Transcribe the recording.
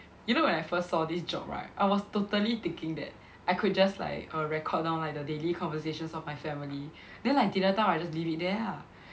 you know when I first saw this job right I was totally thinking that I could just like err record down like the daily conversations of my family then like dinner time I'll just leave it there ah